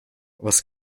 was